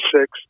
six